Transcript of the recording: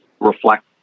reflect